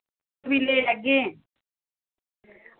भी लेई लैगे